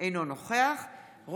אינה נוכחת מיכל וולדיגר,